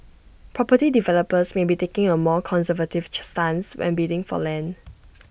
property developers may be taking A more conservative stance when bidding for land